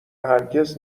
هرگز